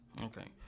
Okay